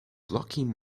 blocking